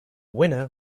winner